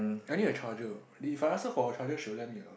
I need a charger if I ask her for a charger she will lend me or not